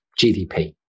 GDP